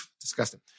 disgusting